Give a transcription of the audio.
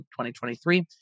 2023